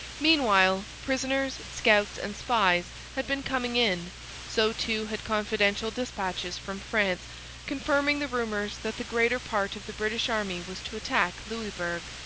meanwhile, prisoners, scouts, and spies had been coming in so too had confidential dispatches from france confirming the rumours that the greater part of the british army was to attack louisbourg,